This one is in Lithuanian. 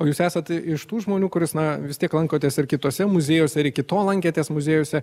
o jūs esat iš tų žmonių kuris na vis tiek lankotės ir kituose muziejuose ar iki to lankėtės muziejuose